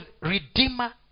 Redeemer